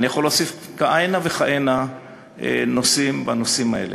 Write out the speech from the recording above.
ואני יכול להוסיף כהנה וכהנה נושאים בעניין הזה.